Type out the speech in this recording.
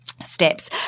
Steps